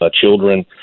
children